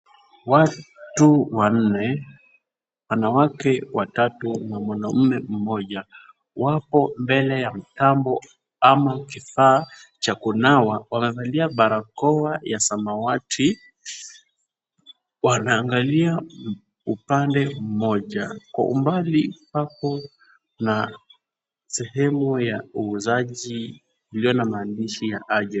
Watu wanne, wanawake watatu na mwanamme mmoja, wapo mbele ya mtambo ama kifaa cha kunawa. Wamevalia barakoa ya samawati. Wanaangalia upande mmoja kwa umbali pako na sehemu ya uuzaji iliyo na maandishi ya Ajab.